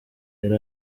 yari